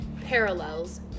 parallels